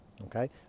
Okay